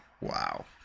wow